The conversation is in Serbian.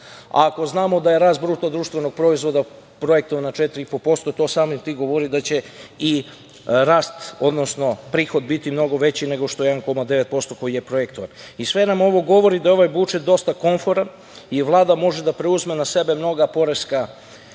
a ako znamo da je rast BDP projektovan na 4,5% to samim tim govori da će i rast, odnosno prihod biti mnogo veći nego što je 1,9% koji je projektovan. Sve nam ovo govori da je ovaj budžet dosta komforan i Vlada može da preuzme na sebe mnoga poreska